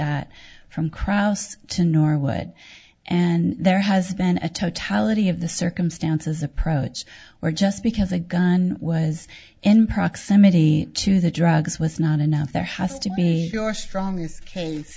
at from kraus to norwood and there has been a totality of the circumstances approach where just because the gun was in proximity to the drugs was not enough there has to be a strong